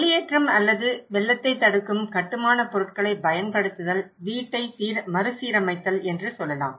வெளியேற்றம் அல்லது வெள்ளத்தைத் தடுக்கும் கட்டுமானப் பொருட்களைப் பயன்படுத்துதல் வீட்டை மறுசீரமைத்தல் என்று சொல்லலாம்